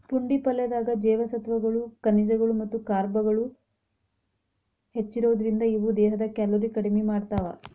ಪುಂಡಿ ಪಲ್ಲೆದಾಗ ಜೇವಸತ್ವಗಳು, ಖನಿಜಗಳು ಮತ್ತ ಕಾರ್ಬ್ಗಳು ಹೆಚ್ಚಿರೋದ್ರಿಂದ, ಇವು ದೇಹದ ಕ್ಯಾಲೋರಿ ಕಡಿಮಿ ಮಾಡ್ತಾವ